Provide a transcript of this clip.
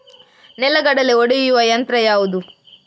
ನೆಲಗಡಲೆ ಒಡೆಯುವ ಯಂತ್ರ ಯಾವುದು?